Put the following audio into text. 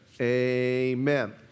Amen